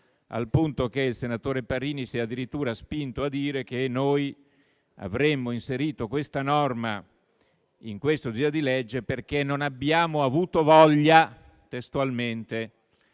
al punto che il senatore Parrini si è addirittura spinto a dire che noi avremmo inserito questa norma nel disegno di legge in esame, perché non abbiamo avuto voglia - testualmente